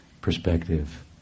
perspective